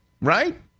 Right